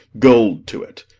gold to it.